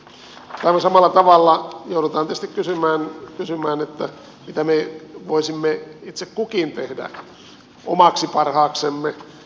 aivan samalla tavalla joudutaan tietysti kysymään mitä me voisimme itse kukin tehdä omaksi parhaaksemme